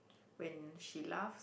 when she laughs